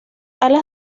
alas